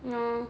no